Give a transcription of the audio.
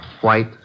white